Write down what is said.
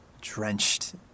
drenched